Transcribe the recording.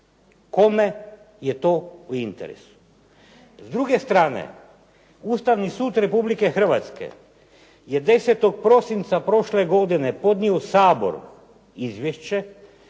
Kome je to u interesu?